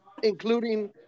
Including